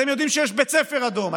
אז אתם יודעים שיש בית ספר אדום,